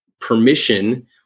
permission